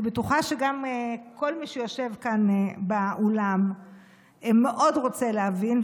ואני בטוחה שגם כל מי שיושב כאן באולם מאוד רוצה להבין,